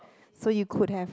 so you could have